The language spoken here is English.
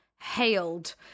hailed